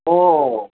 ও